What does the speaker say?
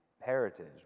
heritage